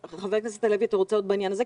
חבר הכנסת הלוי, אתה רוצה לדבר עוד בעניין הזה?